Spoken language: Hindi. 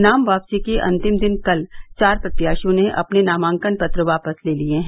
नाम वापसी के अंतिम दिन कल चार प्रत्याशियों ने अपने नामांकन पत्र वापस ले लिये हैं